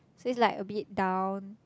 so it's like a bit down